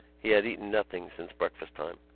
he had eaten nothing since breakfast-time.